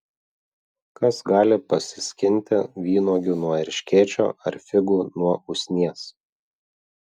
kas gali pasiskinti vynuogių nuo erškėčio ar figų nuo usnies